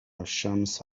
الشمس